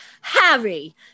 harry